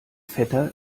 vetter